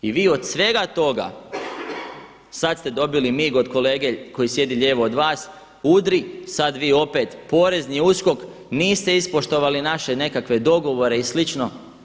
I vi od svega toga, sada ste dobili mig od kolege koji sjedi lijevo od vas, udri, sada vi opet Porezni USKOK, niste ispoštovani naše nekakve dogovore i slično.